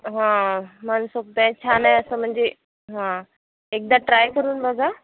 हां मनसोक्त आहे छान आहे असं म्हणजे हां एकदा ट्राय करून बघा